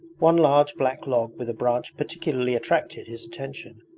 one large black log with a branch particularly attracted his attention.